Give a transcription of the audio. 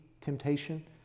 temptation